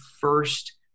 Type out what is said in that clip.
first